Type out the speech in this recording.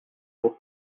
pour